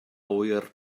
ŵyr